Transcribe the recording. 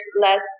less